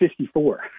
54